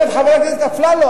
חבר הכנסת אפללו,